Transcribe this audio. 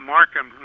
Markham